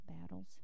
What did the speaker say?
battles